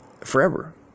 forever